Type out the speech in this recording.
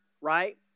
right